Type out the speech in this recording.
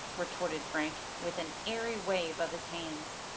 retorted frank, with an airy wave of his hands.